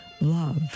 love